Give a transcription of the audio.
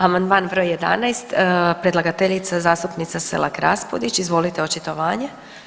Amandman br. 11, predlagateljica zastupnica Selak Raspudić, izvolite očitovanje.